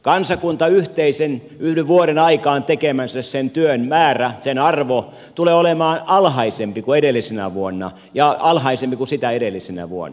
kansakunnan yhteisen yhden vuoden aikaan tekemän työn määrä sen arvo tulee olemaan alhaisempi kuin edellisenä vuonna ja alhaisempi kuin sitä edellisenä vuonna